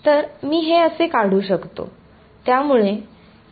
तर मी हे असे काढू शकतो